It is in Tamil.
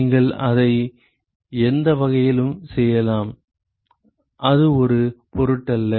நீங்கள் அதை எந்த வகையிலும் செய்யலாம் அது ஒரு பொருட்டல்ல